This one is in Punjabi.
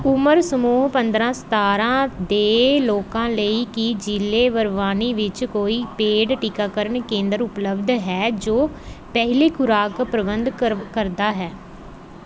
ਉਮਰ ਸਮੂਹ ਪੰਦਰ੍ਹਾਂ ਸਤਾਰ੍ਹਾਂ ਦੇ ਲੋਕਾਂ ਲਈ ਕੀ ਜ਼ਿਲ੍ਹੇ ਬਰਵਾਨੀ ਵਿੱਚ ਕੋਈ ਪੇਡ ਟੀਕਾਕਰਨ ਕੇਂਦਰ ਉਪਲਬਧ ਹੈ ਜੋ ਪਹਿਲੀ ਖੁਰਾਕ ਪ੍ਰਬੰਧ ਕਰ ਕਰਦਾ ਹੈ